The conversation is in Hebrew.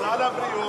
סל הבריאות.